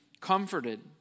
comforted